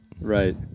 Right